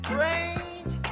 Strange